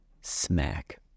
smack